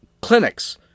clinics